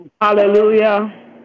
Hallelujah